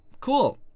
cool